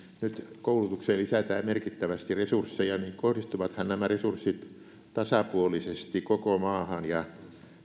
nyt koulutukseen lisätään merkittävästi resursseja niin kohdistuvathan nämä resurssit tasapuolisesti koko maahan ja